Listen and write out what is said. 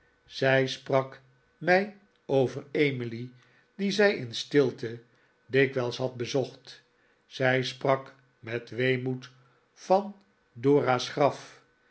zij sprak mij over emily die zij in stilte dikwijls had bezocht zij sprak met weemoed van dora's graf